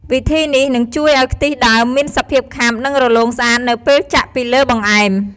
វិធីនេះនឹងជួយឱ្យខ្ទិះដើមមានសភាពខាប់ និងរលោងស្អាតនៅពេលចាក់ពីលើបង្អែម។